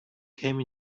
came